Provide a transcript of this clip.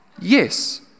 yes